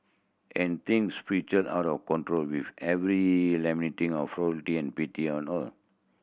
and things spiral out of control with every lamenting of and pity all